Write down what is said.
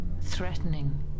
threatening